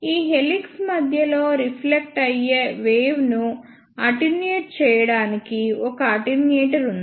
ఈ హెలిక్స్ మధ్యలో రిఫ్లెక్ట్ అయ్యే వేవ్ ను అటెన్యుయేట్ చేయడానికి ఒక అటెన్యుయేటర్ ఉంది